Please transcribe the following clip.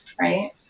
right